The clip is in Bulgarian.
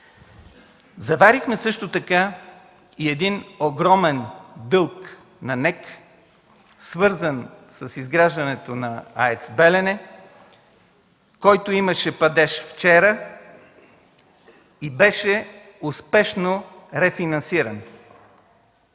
Заварихме също така и един огромен дълг на НЕК, свързан с изграждането на АЕЦ „Белене”, който имаше падеж вчера и беше успешно рефинансиран.